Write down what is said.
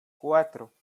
cuatro